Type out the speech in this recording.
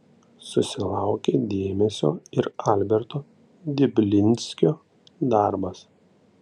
susilaukė dėmesio ir alberto diblinskio darbas